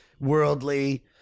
worldly